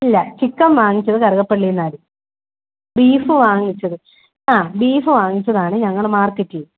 ഇല്ല ചിക്കൻ വാങ്ങിച്ചത് കറുകപ്പള്ളീന്നായിരുന്നു ബീഫ് വാങ്ങിച്ചത് ആ ബീഫ് വാങ്ങിച്ചതാണ് ഞങ്ങൾ മാർക്കറ്റിന്ന്